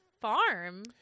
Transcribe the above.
farm